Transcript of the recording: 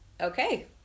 okay